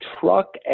truck